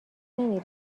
نمی